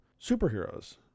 superheroes